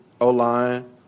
O-line